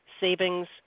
savings